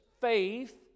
faith